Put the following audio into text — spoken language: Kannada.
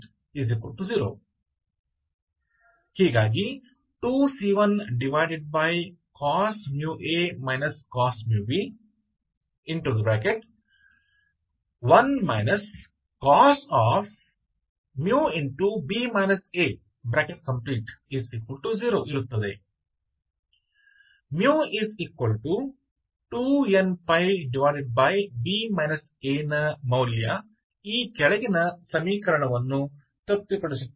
sin μb 0 2c1cos μa cos μb 1 cos μb a 0 μ2nπb a ನ ಮೌಲ್ಯ ಈ ಕೆಳಗಿನ ಸಮೀಕರಣವನ್ನು ತೃಪ್ತಿಪಡಿಸುತ್ತದೆ